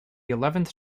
eleventh